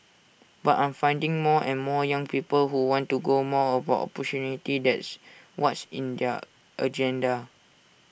but I'm finding more and more young people who want to go more about opportunity that's what's in their agenda